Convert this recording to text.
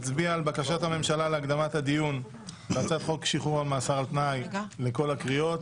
בקשת הממשלה להקדמת הדיון בהצעת חוק שחרור על-תנאי ממאסר בכל הקריאות.